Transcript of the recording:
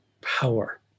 power